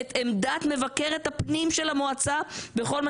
את עמדת מבקרת הפנים של המועצה בכל מה